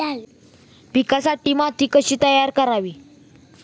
पिकांसाठी माती कशी तयार करावी?